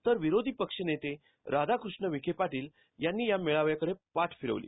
तर विरोधी पक्षनेते राधाकृष्ण विखे पाटील यांनी या मेळाव्याकडे पाठ फिरवली